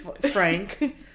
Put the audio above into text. Frank